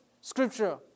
Scripture